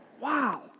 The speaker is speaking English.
Wow